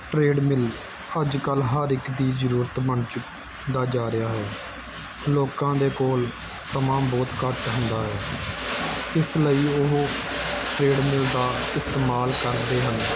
trade ਮਿਲ ਅੱਜ ਕੱਲ੍ਹ ਹਰ ਇੱਕ ਦੀ ਜ਼ਰੂਰਤ ਬਣ ਚੁਕ ਦਾ ਜਾ ਰਿਹਾ ਹੈ ਲੋਕਾਂ ਦੇ ਕੋਲ ਸਮਾਂ ਬਹੁਤ ਘੱਟ ਹੁੰਦਾ ਹੈ ਇਸ ਲਈ ਉਹ ਟਰੇਡ ਮਿਲ ਦਾ ਇਸਤੇਮਾਲ ਕਰਦੇ ਹਨ